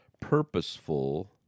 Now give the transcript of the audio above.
purposeful